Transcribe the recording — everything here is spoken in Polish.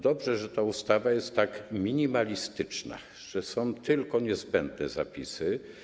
Dobrze, że ta ustawa jest tak minimalistyczna, że są w niej tylko niezbędne zapisy.